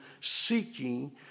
seeking